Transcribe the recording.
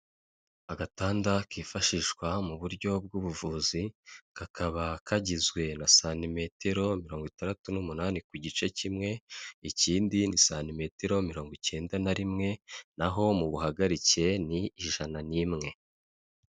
Agatanda kifashishwa mu buryo bw'ubuvuzi, kakaba kagizwe na santimetero mirongo itandatu n'umunani ku gice kimwe ikindi ni santimetero mirongo icyenda na rimwe naho mubuhagarike ni ijana n'imwe.